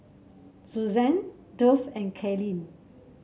Suzann Duff and Kaylene